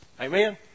Amen